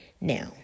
Now